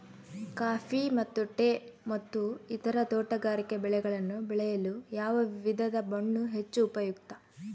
Coffee ಮತ್ತು tea ಮತ್ತು ಇತರ ತೋಟಗಾರಿಕೆ ಬೆಳೆಗಳನ್ನು ಬೆಳೆಯಲು ಯಾವ ವಿಧದ ಮಣ್ಣು ಹೆಚ್ಚು ಉಪಯುಕ್ತ?